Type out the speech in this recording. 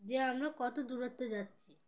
যে আমরা কত দূরত্বে যাচ্ছি